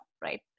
right